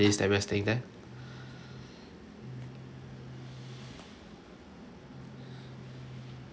yup